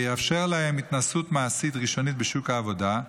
יאפשר להם התנסות מעשית ראשונית בשוק העבודה,